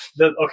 Okay